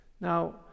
Now